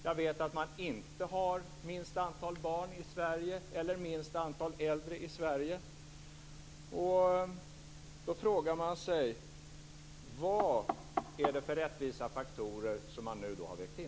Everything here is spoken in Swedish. Jag vet att man inte har minst antal barn i Sverige eller minst antal äldre i Sverige. Då frågar jag: Vad är det för rättvisa faktorer som man har vägt in?